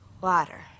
Water